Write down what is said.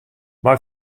mei